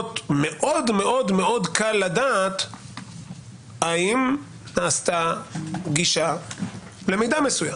מאוד מאוד קל לדעת האם נעשתה גישה למידע מסוים.